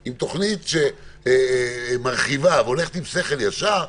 עם תוכנית שמרחיבה והולכת עם שכל ישר,